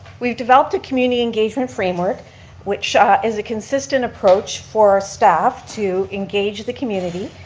we've developed a community engagement framework which ah is a consistent approach for staff to engage the community.